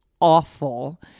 awful